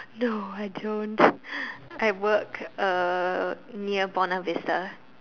no I don't I work uh near Buona-Vista